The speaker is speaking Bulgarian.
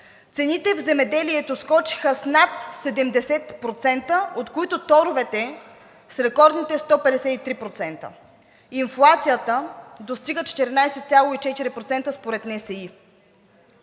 цените в земеделието скочиха с над 70%, от които торовете с рекордните 153%. Инфлацията достига 14,4% според НСИ